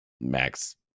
max